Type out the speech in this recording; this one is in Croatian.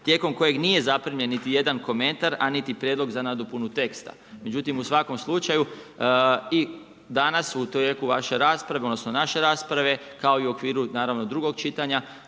tijekom kojeg nije zaprimljen niti jedan komentar a niti prijedlog za nadopunu teksta. Međutim u svakom slučaju, i danas u tijeku vaše rasprave odnosno naše rasprave kao i u okviru naravno drugog čitanja,